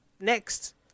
Next